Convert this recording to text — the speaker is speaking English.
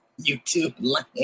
YouTube